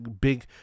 big